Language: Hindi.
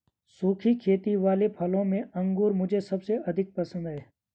सुखी खेती वाले फलों में अंगूर मुझे सबसे अधिक पसंद है